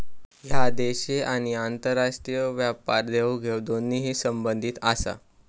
ह्या देशी आणि आंतरराष्ट्रीय व्यापार देवघेव दोन्हींशी संबंधित आसा